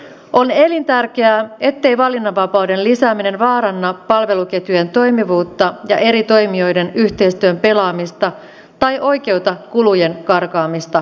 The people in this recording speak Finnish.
on elintärkeää ettei valinnanvapauden lisääminen vaaranna palveluketjujen toimivuutta ja eri toimijoiden yhteistyön pelaamista tai oikeuta kulujen karkaamista käsistä